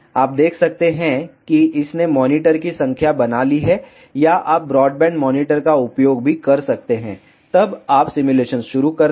आप देख सकते हैं कि इसने मॉनिटर की संख्या बना ली है या आप ब्रॉडबैंड मॉनीटर का उपयोग भी कर सकते हैं तब आप सिमुलेशन शुरू करते हैं